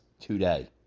today